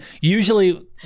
usually